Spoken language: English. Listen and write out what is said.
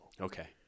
Okay